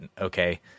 okay